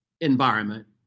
environment